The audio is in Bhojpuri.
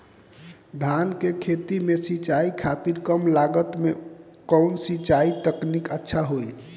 धान के खेती में सिंचाई खातिर कम लागत में कउन सिंचाई तकनीक अच्छा होई?